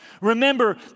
Remember